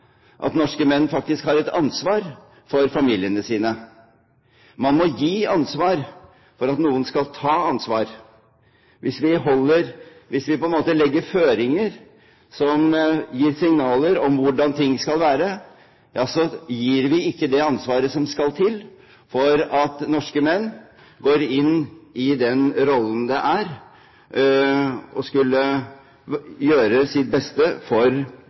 at norske menn faktisk har et ansvar for familien sin. Man må gi ansvar for at noen skal ta ansvar. Hvis vi på en måte legger føringer som gir signaler om hvordan ting skal være, gir vi ikke det ansvaret som skal til for at norske menn går inn i den rollen det er å skulle gjøre sitt beste for